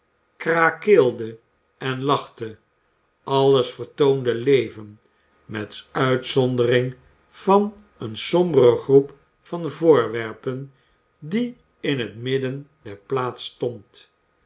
krakeelde en lachte alles vertoonde leven met uitzondering van een sombere groep van voorwerpen die in het midden der p aats stond